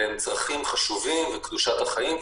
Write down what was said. אלה הם צרכים חשובים וזו קדושת החיים,